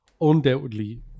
undoubtedly